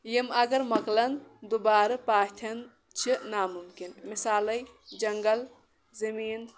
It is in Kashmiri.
یِم اگر مۄکلَن دُبارٕ پاتھٮ۪ن چھِ نامُمکن مثالَے جنٛگل زٔمیٖن